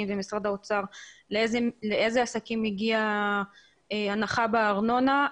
ומשרד האוצר לאיזה עסקים הגיעה הנחה בארנונה.